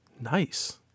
Nice